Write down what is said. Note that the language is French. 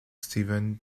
stephen